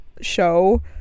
show